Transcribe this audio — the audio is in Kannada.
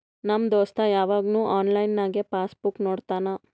ನಮ್ ದೋಸ್ತ ಯವಾಗ್ನು ಆನ್ಲೈನ್ನಾಗೆ ಪಾಸ್ ಬುಕ್ ನೋಡ್ತಾನ